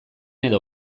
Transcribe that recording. edo